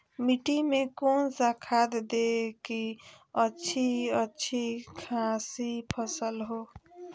मिट्टी में कौन सा खाद दे की अच्छी अच्छी खासी फसल हो?